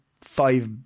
five